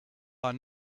are